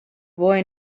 boy